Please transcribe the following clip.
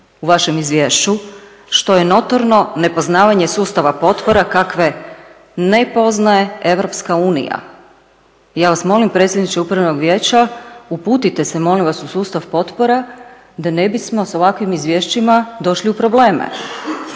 u vašem izvješću, što je notorno nepoznavanje sustava potpora kakve ne poznaje EU. Ja vas molim predsjedniče Upravnog vijeća, uputite se molim vas u sustav potpora da ne bismo s ovakvim izvješćima došli u probleme.